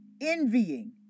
envying